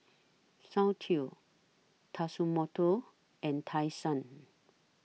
Soundteoh Tatsumoto and Tai Sun